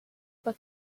but